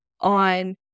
on